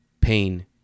pain